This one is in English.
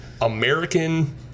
American